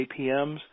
APMs